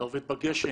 אתה עובד בגשם,